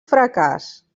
fracàs